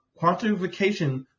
quantification